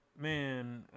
man